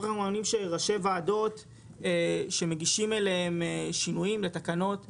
ראשי וועדות שמגישים אליהם שינויים לתקנות וכדומה,